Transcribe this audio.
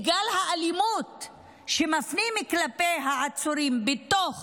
גל האלימות שמפנים כלפי העצורים בתוך